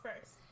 first